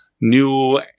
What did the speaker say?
new